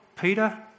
Peter